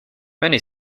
many